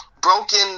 broken